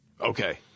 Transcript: Okay